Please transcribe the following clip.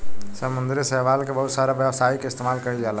समुंद्री शैवाल के बहुत सारा व्यावसायिक इस्तेमाल कईल जाला